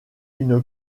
une